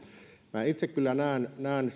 minä itse kyllä näen näen